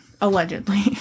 allegedly –